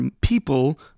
people